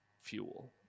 fuel